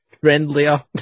Friendlier